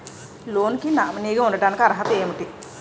Loan కి nominee గా ఉండటానికి అర్హత ఏమిటి?